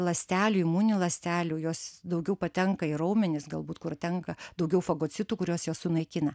ląstelių imuninių ląstelių jos daugiau patenka į raumenis galbūt kur tenka daugiau fagocitų kuriuos jos sunaikina